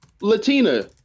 Latina